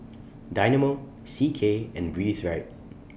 Dynamo C K and Breathe Right